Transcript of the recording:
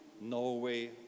Norway